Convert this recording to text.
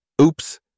Oops